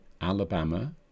Alabama